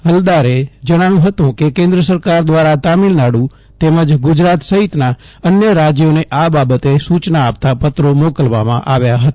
હલ્દારે જણાવ્યું હતું કે કેન્દ્ર સરકાર દ્વારા તમિલનાડુને તેમજ ગુજરાત સહિતના અન્ય રાજ્યોને આ બાબતે સૂચના આપતાં પત્રી મોકલવામાં આવ્યા હતા